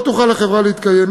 לא תוכל החברה להתקיים.